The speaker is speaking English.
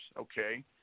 Okay